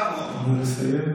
הוא סתם, נא לסיים.